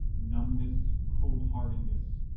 numbness, coldheartedness,